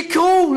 שיקרו.